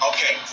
Okay